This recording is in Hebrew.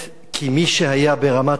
כי מי שהיה ברמת-הגולן,